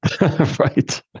Right